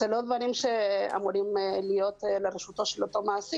אלה לא דברים שאמורים להיות ברשותו של אותו מעסיק